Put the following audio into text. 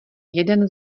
jeden